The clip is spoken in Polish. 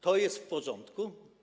To jest w porządku?